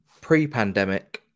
pre-pandemic